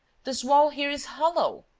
this wall here is hollow.